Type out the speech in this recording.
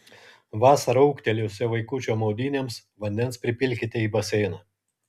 vasarą ūgtelėjusio vaikučio maudynėms vandens pripilkite į baseiną